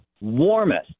warmest